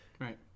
Right